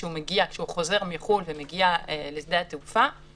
וכי כניסתם לישראל עלולה להביא להחמרה ברמת התחלואה במדינה,